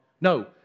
No